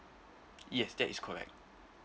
yes that is correct